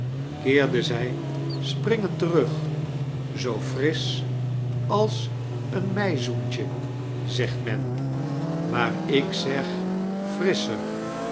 keerde zij springend terug zoo frisch als een meizoentje zegt men maar ik zeg frissoher